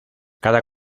cada